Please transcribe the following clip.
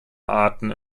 arten